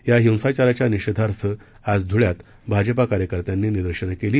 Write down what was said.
या हिंसाचाराच्या निषेधार्थ आज ध्ळ्यात भाजपा कार्यकर्त्यांनी निदर्शन केली